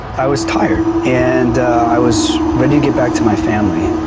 i was tired. and i was ready to get back to my family.